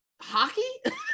hockey